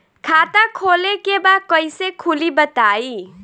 खाता खोले के बा कईसे खुली बताई?